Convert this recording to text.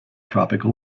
tropical